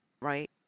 right